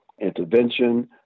intervention